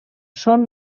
són